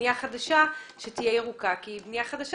בנייה חדשה שתהיה ירוקה כי בנייה חדשה,